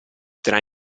tra